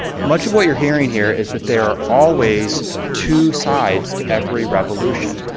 much of what you're hearing hear is that there are always two sides to every revolution.